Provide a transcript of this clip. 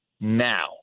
now